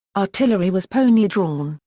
artillery was ponydrawn,